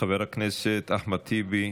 חבר הכנסת אחמד טיבי,